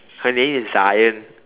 her name is Zion